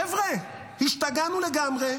חבר'ה, השתגענו לגמרי.